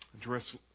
address